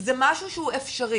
זה משהו שהוא אפשרי